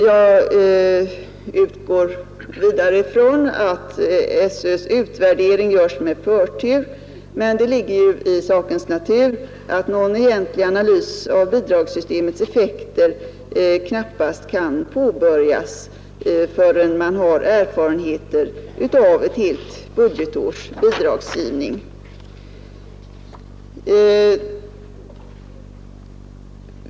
Jag utgår vidare från att skolöverstyrelsens utvärdering görs med förtur, men det ligger i sakens natur att någon egentlig analys av bidragssystemets effekter knappast kan påbörjas förrän det finns erfarenheter av ett helt budgetårs bidragsgivning.